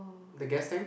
the gas tank